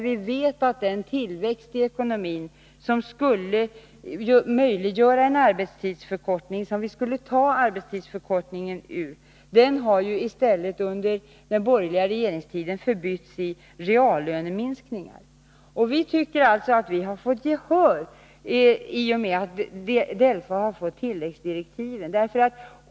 Vi vet ju att den tillväxt i ekonomin som vi skulle ta arbetstidsförkortningen ur i stället, under den borgerliga regeringstiden, har förbytts i reallöneminskningar. Vi tycker alltså att vi har fått gehör i och med att DELFA har fått dessa tilläggsdirektiv.